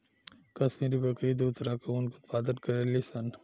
काश्मीरी बकरी दू तरह के ऊन के उत्पादन करेली सन